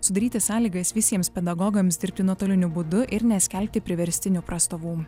sudaryti sąlygas visiems pedagogams dirbti nuotoliniu būdu ir neskelbti priverstinių prastovų